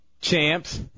Champs